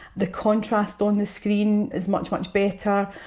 the contrast on the screen is much, much better.